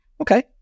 okay